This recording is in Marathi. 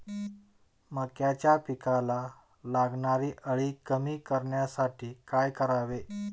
मक्याच्या पिकाला लागणारी अळी कमी करण्यासाठी काय करावे?